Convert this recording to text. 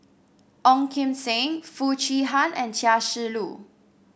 Ong Kim Seng Foo Chee Han and Chia Shi Lu